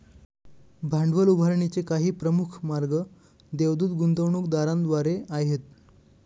भांडवल उभारणीचे काही प्रमुख मार्ग देवदूत गुंतवणूकदारांद्वारे आहेत